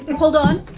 but hold on,